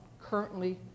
currently